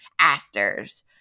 asters